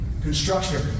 Construction